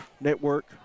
Network